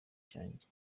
cyanjye